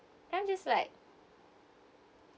I'm just like